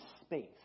space